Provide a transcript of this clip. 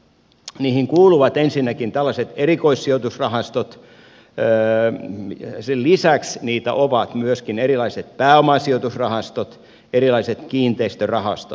niihin kuuluvat ensinnäkin tällaiset erikoissijoitusrahastot sen lisäksi niitä ovat myöskin erilaiset pääomasijoitusrahastot erilaiset kiinteistörahastot